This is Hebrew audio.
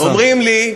אומרים לי,